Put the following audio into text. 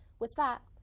with that,